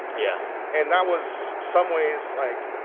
yeah and that was, some ways, like,